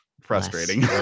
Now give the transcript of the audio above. frustrating